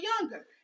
younger